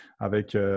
avec